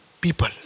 people